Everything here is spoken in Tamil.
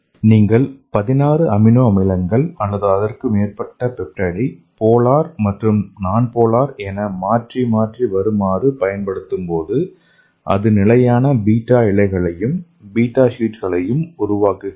நீங்கள் பதினாறு அமினோ அமிலங்கள் அல்லது அதற்கு மேற்பட்ட பெப்டைடைப் போலார் மற்றும் நான் போலார் என மாற்றி மாற்றி வருமாறு பயன்படுத்தும்போது அது நிலையான β இழைகளையும் β ஷீட்களையும் உருவாக்குகிறது